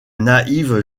naïve